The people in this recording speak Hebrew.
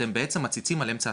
אתם בעצם מציצים על אמצע התהליך.